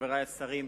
חברי השרים,